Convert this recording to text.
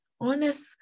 Honest